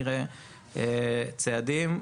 נראה צעדים.